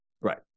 right